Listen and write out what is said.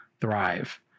thrive